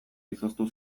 izoztu